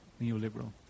neoliberal